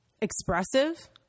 expressive